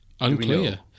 Unclear